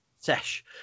Sesh